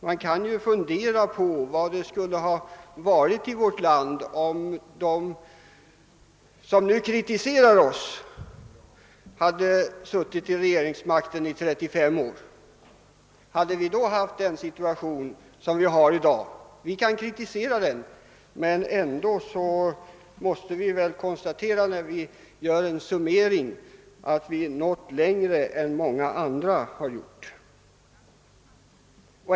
Man kan fundera över hur vårt land skulle ha sett ut, om de som nu kritiserar oss hade suttit vid regeringsmakten i 35 år. Hade vi då haft den situation som råder i dag? Man kan kritisera den, men trots detta måste man väl konstatera, när man gör en summering, att vi har nått längre än många andra.